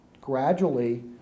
gradually